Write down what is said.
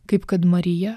kaip kad marija